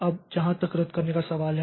अब जहां तक रद्द करने का सवाल है